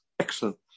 excellent